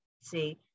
See